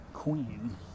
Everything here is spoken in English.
queen